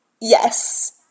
Yes